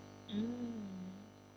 mm